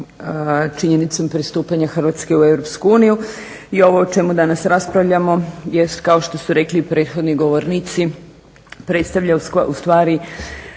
Hrvatske u EU i ovo o čemu danas raspravljamo jest kao što su rekli i prethodni govornici predstavlja ustvari